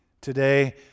Today